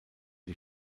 die